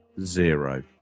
Zero